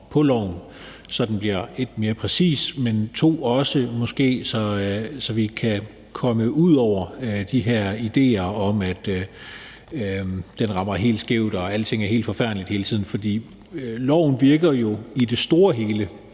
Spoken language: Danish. så den bliver mere præcis, men måske også for, at vi kan komme ud over de her idéer om, at den rammer helt skævt, og at alting er helt forfærdeligt hele tiden. For loven virker jo hen ad vejen